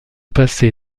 passé